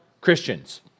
Christians